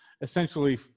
essentially